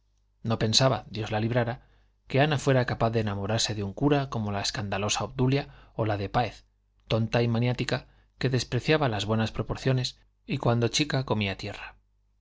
no pensaba dios la librara que ana fuera capaz de enamorarse de un cura como la escandalosa obdulia o la de páez tonta y maniática que despreciaba las buenas proporciones y cuando chica comía tierra